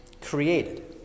created